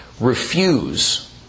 refuse